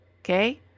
Okay